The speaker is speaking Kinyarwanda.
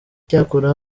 icyakora